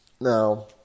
Now